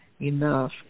enough